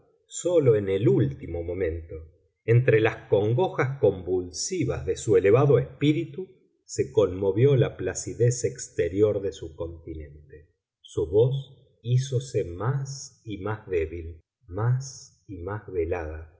sólo en el último momento entre las congojas convulsivas de su elevado espíritu se conmovió la placidez exterior de su continente su voz hízose más y más débil más y más velada